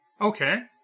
Okay